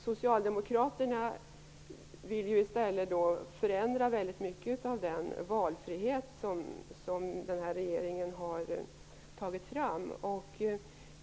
Socialdemokraterna vill i stället förändra väldigt mycket av den valfrihet som den här regeringen har tagit fram.